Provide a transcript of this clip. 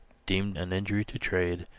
deemed an injury to trade,